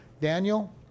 Daniel